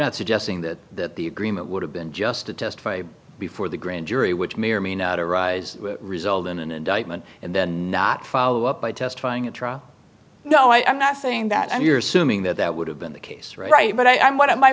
not suggesting that the agreement would have been just to testify before the grand jury which may or may not arise result in an indictment and then not follow up by testifying at trial no i am not saying that you're assuming that that would have been the case right but i'm one of my